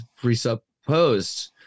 presupposed